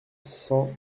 cent